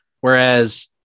Whereas